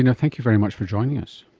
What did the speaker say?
you know thank you very much for joining us.